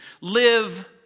Live